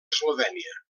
eslovènia